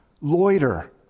loiter